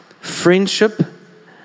friendship